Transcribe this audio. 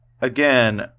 again